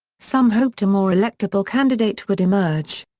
some hoped a more electable candidate would emerge.